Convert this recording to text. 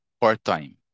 part-time